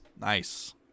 nice